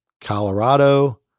Colorado